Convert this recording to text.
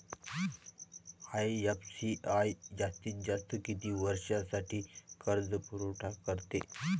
IFCI जास्तीत जास्त किती वर्षासाठी कर्जपुरवठा करते?